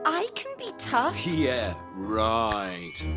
i can be tough yeah, riiiiight